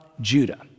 Judah